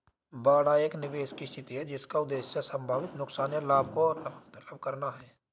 बाड़ा एक निवेश की स्थिति है जिसका उद्देश्य संभावित नुकसान या लाभ को अन्तर्लम्ब करना है